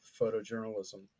photojournalism